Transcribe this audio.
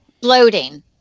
bloating